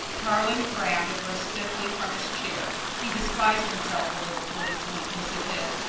tarling frowned and rose stiffly from his chair. he despised himself a little for this weakness of his.